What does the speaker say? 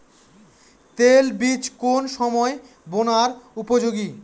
তৈল বীজ কোন সময় বোনার উপযোগী?